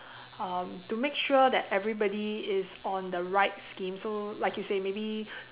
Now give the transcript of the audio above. um to make sure that everybody is on the right scheme so like you say maybe